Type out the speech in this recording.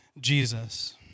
Jesus